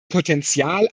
potenzial